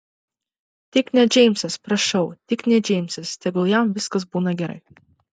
tik ne džeimsas prašau tik ne džeimsas tegul jam viskas būna gerai